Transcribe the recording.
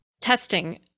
Testing